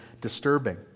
disturbing